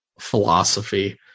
philosophy